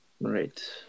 right